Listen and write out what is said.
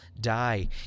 die